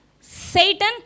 Satan